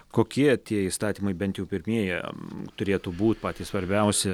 kokie tie įstatymai bent jau pirmieji turėtų būt patys svarbiausi